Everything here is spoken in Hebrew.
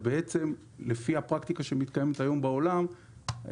לפי הפרקטיקה שמתקיימת היום בעולם,